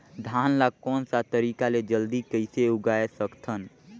धान ला कोन सा तरीका ले जल्दी कइसे उगाय सकथन?